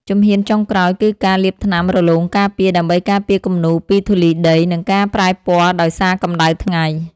ជំហានចុងក្រោយគឺការលាបថ្នាំរលោងការពារ ដើម្បីការពារគំនូរពីធូលីដី និងការប្រែពណ៌ដោយសារកម្ដៅថ្ងៃ។